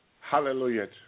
Hallelujah